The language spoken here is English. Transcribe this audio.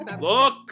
look